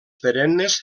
perennes